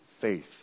faith